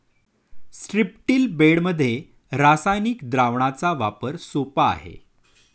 स्ट्रिप्टील बेडमध्ये रासायनिक द्रावणाचा वापर सोपा आहे